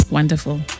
Wonderful